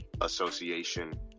Association